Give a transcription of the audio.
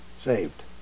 saved